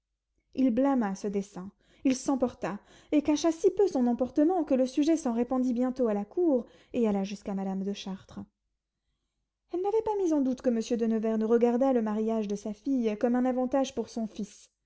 il blâma ce dessein il s'emporta et cacha si peu son emportement que le sujet s'en répandit bientôt à la cour et alla jusqu'à madame de chartres elle n'avait pas mis en doute que monsieur de nevers ne regardât le mariage de sa fille comme un avantage pour son fils